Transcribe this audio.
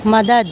مدد